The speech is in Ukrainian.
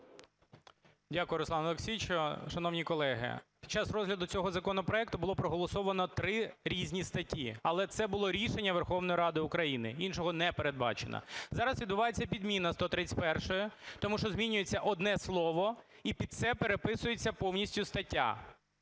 Дякую, Руслане Олексійовичу. Шановні колеги, під час розгляду цього законопроекту було проголосовано три різні статті, але це було рішення Верховної Ради України, іншого не передбачено. Зараз відбувається підміна 131-ї, тому що змінюється одне слово, і під це переписується повністю стаття.